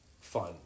fun